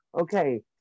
okay